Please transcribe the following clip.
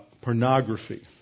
pornography